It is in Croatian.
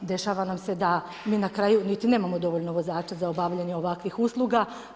Dešava nam se da mi na kraju niti nemamo dovoljno vozača za obavljanje ovakvih usluga.